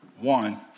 one